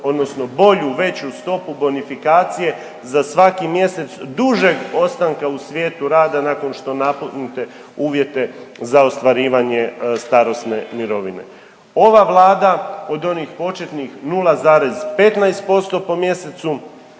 odnosno bolju veću stopu bonifikacije za svaki mjesec dužeg ostanka u svijetu rada nakon što napunite uvjete za ostvarivanje starosne mirovine. Ova Vlada od onih početnih 0,15% po mjesecu